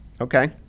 Okay